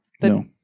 No